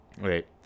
wait